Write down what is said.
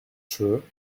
true